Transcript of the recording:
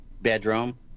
bedroom